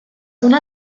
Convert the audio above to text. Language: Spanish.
una